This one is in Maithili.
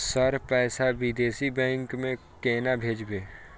सर पैसा विदेशी बैंक में केना भेजबे?